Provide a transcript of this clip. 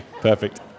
perfect